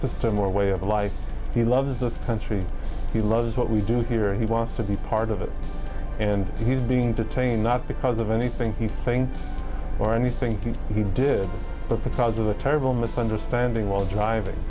system or way of life he loves the country he loves what we do here and he wants to be part of it and him being detained not because of anything he thinks or any thinking he did but because of a terrible misunderstanding while driving